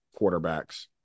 quarterbacks